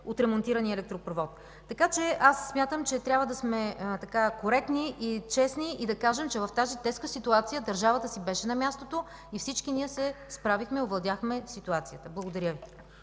отремонтирания електропровод. Смятам, че трябва да сме коректни и честни, да кажем, че в тази тежка ситуация държавата си беше на мястото и всички ние се справихме и овладяхме ситуацията. Благодаря Ви.